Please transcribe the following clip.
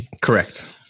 correct